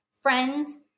friends